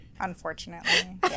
Unfortunately